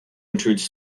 intrudes